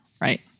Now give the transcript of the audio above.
right